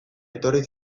etorri